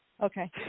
Okay